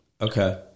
Okay